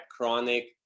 chronic